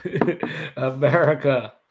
America